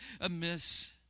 amiss